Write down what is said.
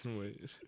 wait